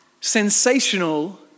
Sensational